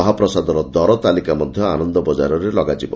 ମହାପ୍ରସାଦର ଦର ତାଲିକା ମଧ ଆନନ୍ଦ ବଜାରରେ ଲଗାଯିବ